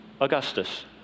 Augustus